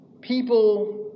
people